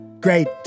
Great